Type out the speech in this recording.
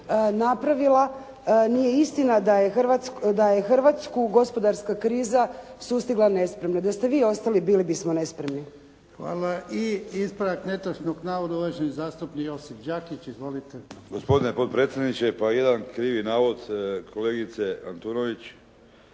napravila, nije istina da je Hrvatsku gospodarska kriza sustigla nespremnu. Da ste vi ostali, bili bismo nespremni. **Jarnjak, Ivan (HDZ)** Hvala. I ispravak netočnog navoda, uvaženi zastupnik Josip Đakić. Izvolite. **Đakić, Josip (HDZ)** Gospodine potpredsjedniče, pa jedan krivi navod kolegice Antunović